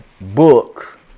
book